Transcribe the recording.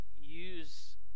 use